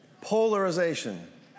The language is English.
Polarization